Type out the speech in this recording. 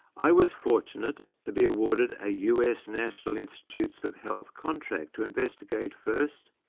i was fortunate to be awarded a us national institutes of health contract to investigate first,